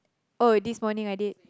oh it's this morning I did